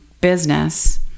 business